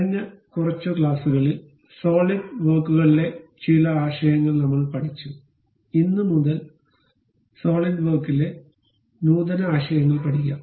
കഴിഞ്ഞ കുറച്ച് ക്ലാസുകളിൽ സോളിഡ് വർക്കുകളിലെ ചില ആശയങ്ങൾ നമ്മൾ പഠിച്ചു ഇന്ന് മുതൽ സോളിഡ് വർക്കിലെ നൂതന ആശയങ്ങൾ പഠിക്കാം